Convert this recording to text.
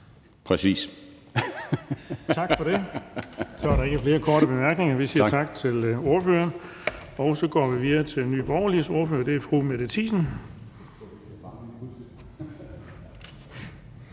Tak for det. Så er der ikke flere korte bemærkninger. Vi siger tak til ordføreren. Så går vi videre til Nye Borgerliges ordfører, og det er fru Mette Thiesen.